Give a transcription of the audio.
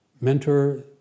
Mentor